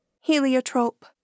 Heliotrope